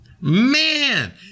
Man